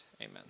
Amen